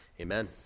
Amen